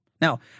Now